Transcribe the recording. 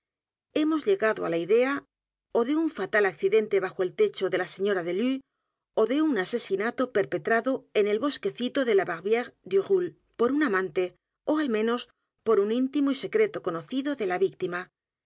hemos llegado á la idea ó de un fatal accidente bajo el techo de la señora delue ó de un asesinato perpetrado en el bosquecito de la barr i e r e du roule por un amante ó al menos por u n íntimo y secreto conocido de la víctima